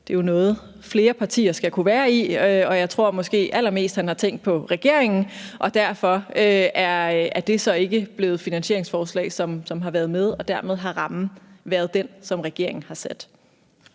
det er noget, flere partier skal kunne være i, og jeg tror måske allermest han har tænkt på regeringen, og derfor er det så ikke blevet finansieringsforslag, som har været med, og dermed har rammen været den, som regeringen har sat.